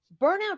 burnout